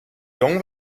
jong